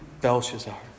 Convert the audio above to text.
Belshazzar